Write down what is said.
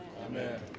Amen